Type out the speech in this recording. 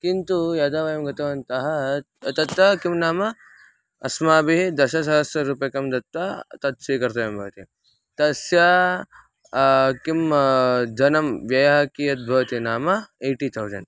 किन्तु यदा वयं गतवन्तः तत्र किं नाम अस्माभिः दशसहस्ररूप्यकं दत्वा तत् स्वीकर्तव्यं भवति तस्या किं धनं व्ययः कीयद्भवति नाम एय्टि तौसण्ड्